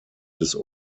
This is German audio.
des